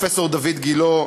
פרופסור דיוויד גילה,